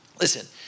Listen